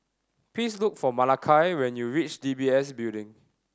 please look for Malakai when you reach D B S Building